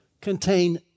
contain